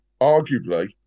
arguably